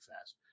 fast